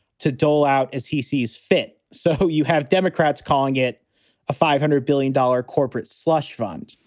to dole out as he sees fit. so you have democrats calling it a five hundred billion dollars corporate slush fund,